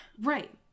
Right